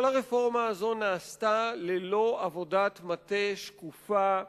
כל הרפורמה הזו נעשתה ללא עבודת מטה שקופה,